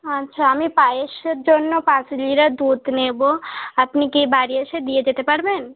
আচ্ছা আমি পায়েসের জন্য পাঁচ লিটার দুধ নেব আপনি কি বাড়ি এসে দিয়ে যেতে পারবেন